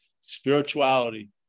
Spirituality